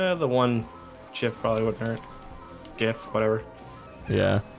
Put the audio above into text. ah the one chip probably what? if whatever yeah